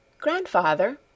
Grandfather